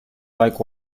like